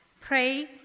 Pray